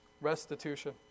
Restitution